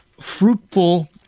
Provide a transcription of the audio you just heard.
fruitful